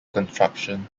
construction